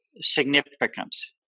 significance